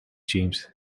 james